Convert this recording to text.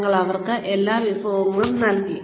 നിങ്ങൾ അവർക്ക് എല്ലാ വിഭവങ്ങളും നൽകി